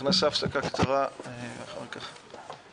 אנחנו נעשה הפסקה קצרה אחר כך.